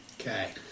Okay